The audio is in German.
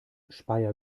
speyer